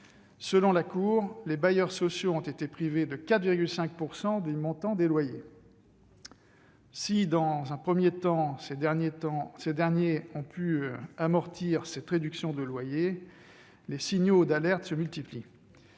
Selon la Cour, les bailleurs sociaux ont été privés de 4,5 % du montant des loyers. Si, dans un premier temps, ces derniers ont pu amortir cette baisse de ressources, les signaux d'alerte se multiplient